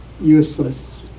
useless